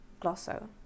Glosso